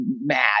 mad